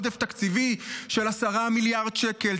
עודף תקציבי של 10 מיליארד שקל,